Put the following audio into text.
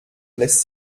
lässt